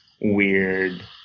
weird